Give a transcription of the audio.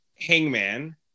Hangman